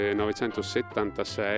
1976